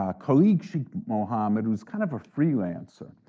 ah khalid sheikh mohammed was kind of a freelancer.